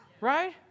Right